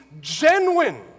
genuine